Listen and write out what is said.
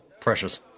precious